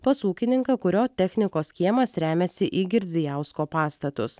pas ūkininką kurio technikos kiemas remiasi į girdzijausko pastatus